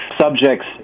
subjects